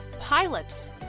Pilots